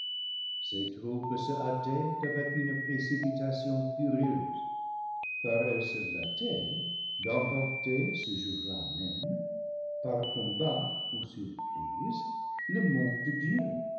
troupes se hâtaient avec une pré cipitation furieuse car elles se flattaient d'emporter ce jour-là même par combat ou surprise le mont de dieu